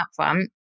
upfront